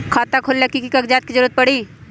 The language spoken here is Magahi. खाता खोले ला कि कि कागजात के जरूरत परी?